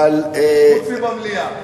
חוץ מבמליאה.